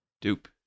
Dupe